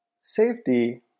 safety